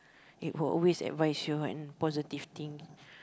it will always advise you and positive thing